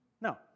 No